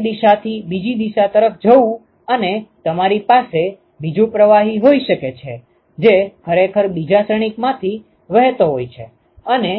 એક દિશાથી બીજી દિશા તરફ જવું અને તમારી પાસે બીજું પ્રવાહી હોઈ શકે છે જે ખરેખર બીજા શ્રેણીકમાંથી વહેતો હોય છે અને